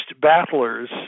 battlers